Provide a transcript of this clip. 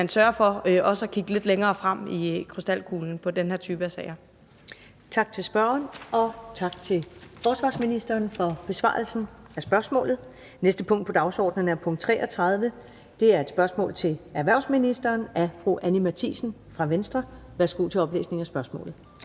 man sørger for også at kigge lidt længere frem i krystalkuglen på den her type af sager. Kl. 17:03 Første næstformand (Karen Ellemann): Tak til spørgeren, og tak til forsvarsministeren for besvarelsen af spørgsmålet. Det næste punkt på dagsordenen er punkt 33, og det er et spørgsmål til erhvervsministeren af fru Anni Matthiesen fra Venstre. Kl. 17:03 Spm. nr.